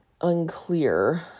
unclear